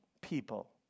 people